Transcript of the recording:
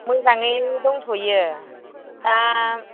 मोजाङै दंथ'यो दा